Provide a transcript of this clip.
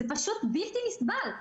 זה פשוט בלתי נסבל.